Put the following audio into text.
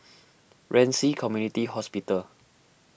Ren Ci Community Hospital